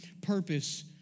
purpose